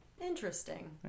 Interesting